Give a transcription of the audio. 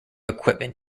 equipment